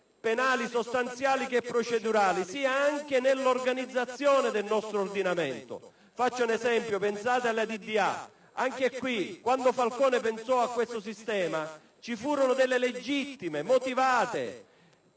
penali sostanziali sia procedurali, sia anche nell'organizzazione del nostro ordinamento. Faccio un esempio: pensate alla DDA. Quando Falcone pensò a questo sistema ci furono legittime e motivate